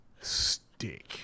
stick